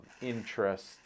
interest